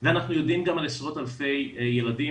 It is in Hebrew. ואנחנו יודעים גם על עשרות אלפי ילדים,